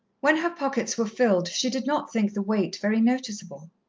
when her pockets were filled, she did not think the weight very noticeable.